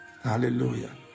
Hallelujah